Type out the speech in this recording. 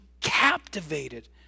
captivated